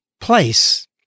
place